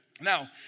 Now